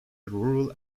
rural